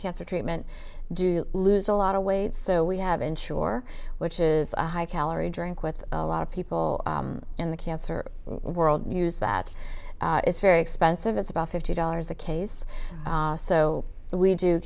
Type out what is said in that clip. cancer treatment do you lose a lot of weight so we have ensure which is a high calorie drink with a lot of people in the cancer world use that is very expensive it's about fifty dollars a case so we do